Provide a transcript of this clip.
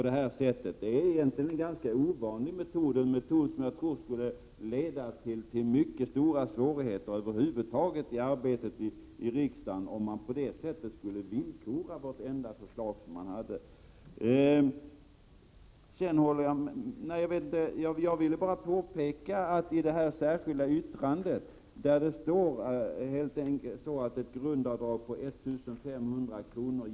Det är en ovanlig metod, och jag tror att det skulle leda till mycket stora svårigheter över huvud taget i arbetet i riksdagen, om man skulle på det sätt som centern här gör villkora vartenda förslag. Sedan ville jag bara påpeka att det är fel som det står i det särskilda yttrandet, att ett grundavdrag på 1 500 kr.